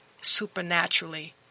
supernaturally